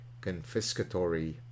confiscatory